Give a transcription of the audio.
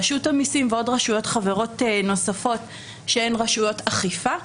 רשות המיסים ועוד רשויות חברות נוספות שהן רשויות אכיפה.